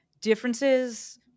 Differences